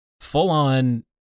full-on